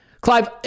Clive